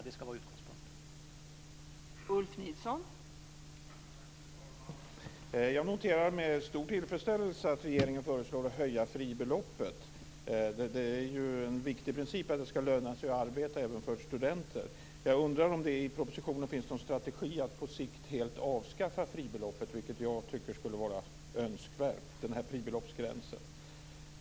Det ska vara utgångspunkten.